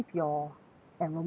enrolment form